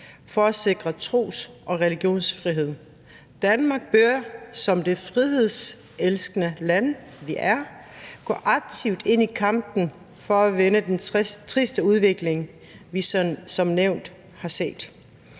for at sikre tros- og religionsfrihed. Danmark bør som det frihedselskende land, vi er, gå aktivt ind i kampen for at vende den triste udvikling, vi som nævnt har set.